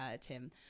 Tim